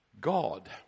God